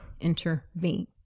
intervene